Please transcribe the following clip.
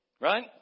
right